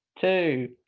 Two